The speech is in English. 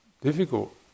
difficult